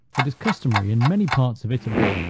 it is customary, in many parts of italy,